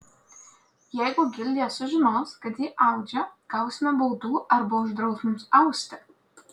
jeigu gildija sužinos kad ji audžia gausime baudų arba uždraus mums austi